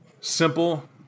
simple